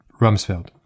Rumsfeld